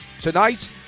Tonight